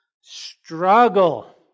struggle